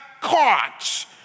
caught